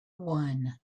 one